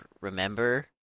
remember